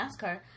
NASCAR